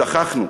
שכחנו.